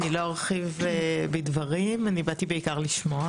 אני לא ארחיב בדברים כי באתי בעיקר כדי לשמוע